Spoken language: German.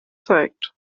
zeigt